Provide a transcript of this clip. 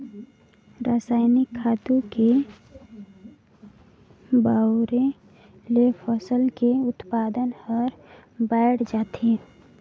रसायनिक खातू के बउरे ले फसल के उत्पादन हर बायड़ जाथे